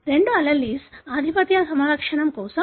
రెండు allelesలు ఆధిపత్య ఫెనోటైప్ కోసం